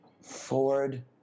Ford